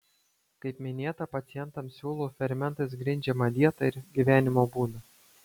kaip minėta pacientams siūlau fermentais grindžiamą dietą ir gyvenimo būdą